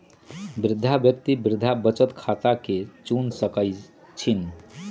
वृद्धा व्यक्ति वृद्धा बचत खता के चुन सकइ छिन्ह